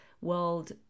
world